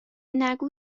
نگو